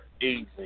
Easy